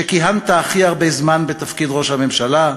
שכיהנת הכי הרבה זמן בתפקיד ראש הממשלה?